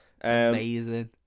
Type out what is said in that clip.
Amazing